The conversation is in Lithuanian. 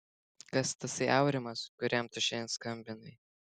kas tasai aurimas kuriam tu šiandien skambinai